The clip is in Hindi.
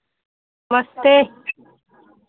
नमस्ते